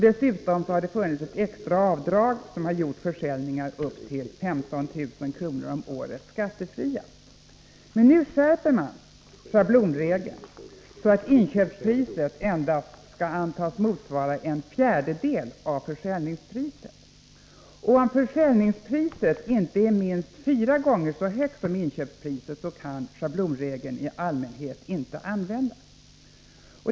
Dessutom har det funnits ett extra avdrag som gjort försäljningar upp till 15 000 kr. om året skattefria. Nu skärps schablonregeln så att inköpspriset antas motsvara endast en fjärdedel av försäljningspriset. Om försäljningspriset inte är minst fyra gånger så högt som inköpspriset kan schablonregeln i allmänhet inte användas.